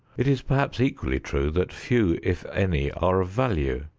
it is perhaps equally true that few if any are of value,